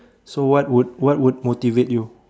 so what would what would motivate you